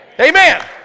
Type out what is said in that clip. Amen